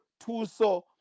Tuso